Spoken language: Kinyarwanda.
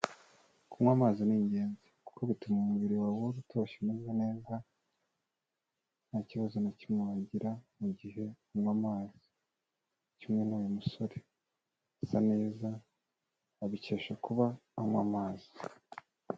Kunywa amazi ni ingenzi kuko bituma umubiri wawe uhora utoshye umeze neza, ntakibazo na kimwe wagira mu gihe unywa amazi. Kimwe n'uyu musore asa neza, abikesha kuba anywa amazi.